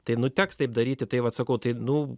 tai nu teks taip daryti tai vat sakau tai nu